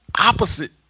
opposite